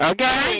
Okay